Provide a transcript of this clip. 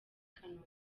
kanombe